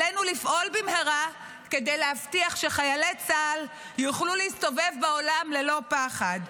עלינו לפעול במהרה כדי להבטיח שחיילי צה"ל יוכלו להסתובב בעולם ללא פחד,